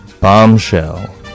bombshell